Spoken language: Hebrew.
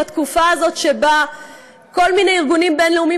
בתקופה הזאת שבה כל מיני ארגונים בין-לאומיים